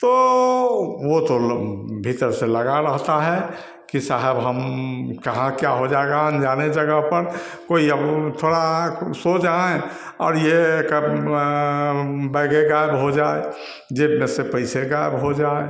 तो वो तो भीतर से लगा रहता है कि साहब हम कहाँ क्या हो जाएगा अंजाने जगह पर कोई थोड़ा आँख सो जाएं और ये कब बैगे गायब हो जाए जेब में से पैसे गायब हो जाएं